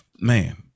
man